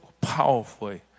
powerfully